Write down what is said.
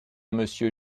monsieur